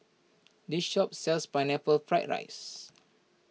this shop sells Pineapple Fried Rice